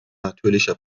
natürlicher